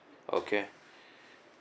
okay